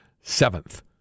seventh